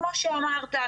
כמו שאמרת,